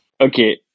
okay